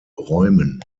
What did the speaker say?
räumen